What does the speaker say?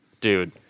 dude